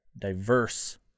Diverse